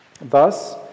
Thus